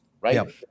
right